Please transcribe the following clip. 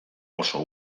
oso